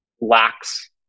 lacks